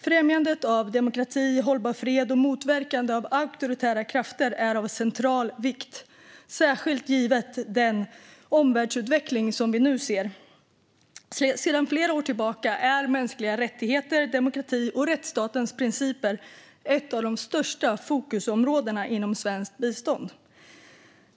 Främjande av demokrati och hållbar fred och motverkande av auktoritära krafter är av central vikt, särskilt givet den omvärldsutveckling som vi nu ser. Sedan flera år tillbaka är mänskliga rättigheter, demokrati och rättsstatens principer ett av de största fokusområdena inom svenskt bistånd.